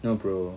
no bro